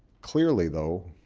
clearly, though,